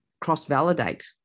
cross-validate